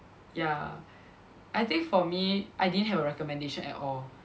ya I think for me I didn't have a recommendation at all